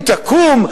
אם תקום,